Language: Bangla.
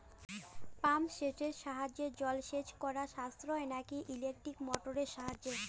পাম্প সেটের সাহায্যে জলসেচ করা সাশ্রয় নাকি ইলেকট্রনিক মোটরের সাহায্যে?